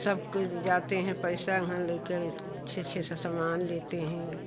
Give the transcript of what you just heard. सब कोई जाते है पैसा वहाँ ले कर अच्छे अच्छे स सामान लेते हैं